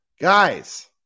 Guys